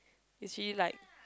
is really like